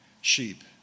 sheep